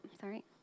sorry